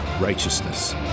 righteousness